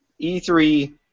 E3